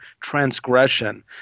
transgression